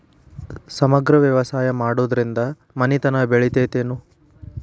ಸಮಗ್ರ ವ್ಯವಸಾಯ ಮಾಡುದ್ರಿಂದ ಮನಿತನ ಬೇಳಿತೈತೇನು?